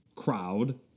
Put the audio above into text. crowd